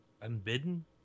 Unbidden